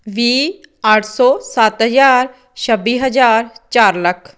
ਵੀਹ ਅੱਠ ਸੌ ਸੱਤ ਹਜ਼ਾਰ ਛੱਬੀ ਹਜ਼ਾਰ ਚਾਰ ਲੱਖ